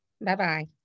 Bye-bye